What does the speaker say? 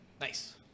Nice